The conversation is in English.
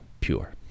pure